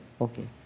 Okay